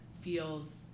feels